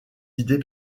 idées